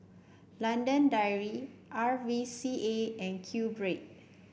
London Dairy R V C A and QBread